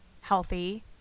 healthy